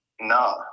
no